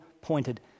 pointed